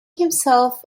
himself